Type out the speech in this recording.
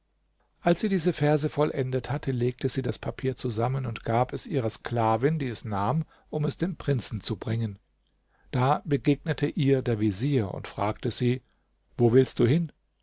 als sie diese verse vollendet hatte legte sie das papier zusammen und gab es ihrer sklavin die es nahm um es dem prinzen zu bringen da begegnete ihr der vezier und fragte sie wo willst du hin